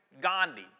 Gandhi